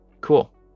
Cool